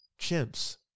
chimps